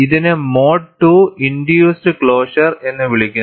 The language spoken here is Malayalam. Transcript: ഇതിനെ മോഡ് II ഇൻഡ്യൂസ്ഡ് ക്ലോഷർ എന്ന് വിളിക്കുന്നു